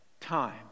time